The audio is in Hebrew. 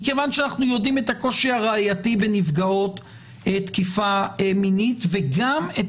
מכיוון שאנחנו יודעים את הקושי הראייתי בנפגעות תקיפה מינית וגם את